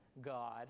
God